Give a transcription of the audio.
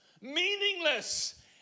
meaningless